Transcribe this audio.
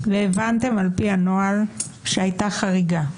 והבנתם על פי הנוהל שהייתה חריגה,